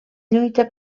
lluita